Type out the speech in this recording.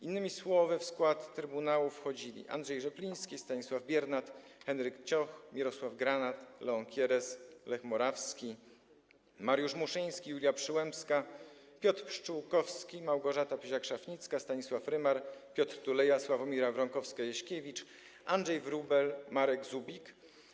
Innymi słowy w skład trybunału wchodzili: Andrzej Rzepliński, Stanisław Biernat, Henryk Cioch, Mirosław Granat, Leon Kieres, Lech Morawski, Mariusz Muszyński, Julia Przyłębska, Piotr Pszczółkowski, Małgorzata Pyziak-Szafnicka, Stanisław Rymar, Piotr Tuleja, Sławomira Wronkowska-Jaśkiewicz, Andrzej Wróbel i Marek Zubik.